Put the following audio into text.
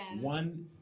one